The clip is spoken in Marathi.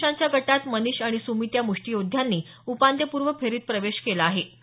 प्रुषांच्या गटात मनिष आणि सुमित या मुष्टियोद्ध्यांनी उपांत्यपूर्व फेरीत प्रवेश केला आहे